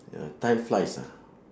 ya time flies ah